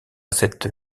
cette